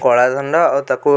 କଳା ଧନ ଓ ତାକୁ